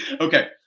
Okay